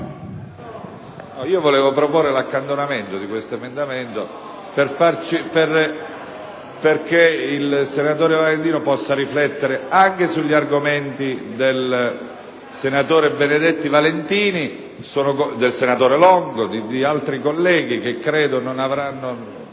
vorrei proporre l'accantonamento di questo emendamento perché il senatore Valentino possa riflettere anche sugli argomenti dei senatori Benedetti Valentini, Longo e di altri colleghi che credo per larga